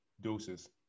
doses